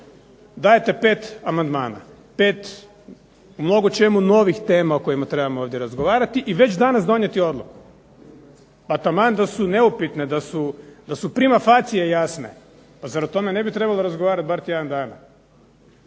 dajete pet amandmana, pet u mnogočemu novih tema o kojima trebamo ovdje razgovarati i već danas donijeti odluku. Pa taman da su neupitne, da su prima facie jasne, pa zar o tome ne bi trebalo razgovarat bar tjedan dana.